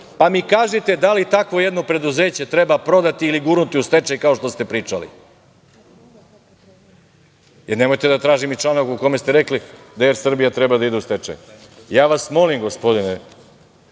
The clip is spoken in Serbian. pa mi kažite da li jedno preduzeće takvo treba prodati ili gurnuti u stečaj kao što ste pričali?I nemojte da tražim članak u kome ste rekli da Er Srbija treba da ide u stečaj. Ja vas molim gospodine